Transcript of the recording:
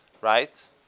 right